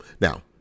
Now